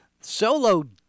Solo